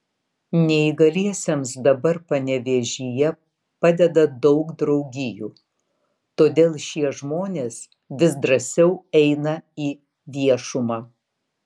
neįgaliesiems dabar panevėžyje padeda daug draugijų todėl šie žmonės vis drąsiau eina į viešumą